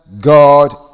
God